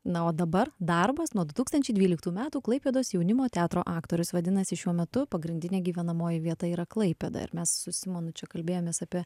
na o dabar darbas nuo du tūkstančiai dvyliktų metų klaipėdos jaunimo teatro aktorius vadinasi šiuo metu pagrindinė gyvenamoji vieta yra klaipėda ir mes su simonu čia kalbėjomės apie